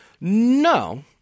No